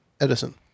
Edison